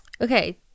okay